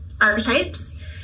archetypes